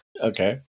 Okay